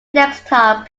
desktop